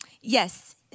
Yes